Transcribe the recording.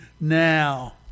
now